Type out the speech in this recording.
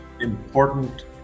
important